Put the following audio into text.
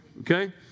okay